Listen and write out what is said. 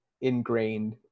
ingrained